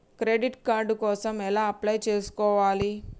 Credit card కోసం ఎలా apply చేసుకోవాలి?